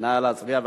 נא להצביע.